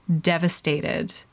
devastated